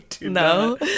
no